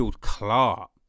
Clark